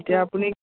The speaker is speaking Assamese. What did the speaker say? এতিয়া আপুনি